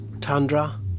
tundra